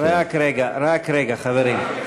רק רגע, רק רגע, חברים.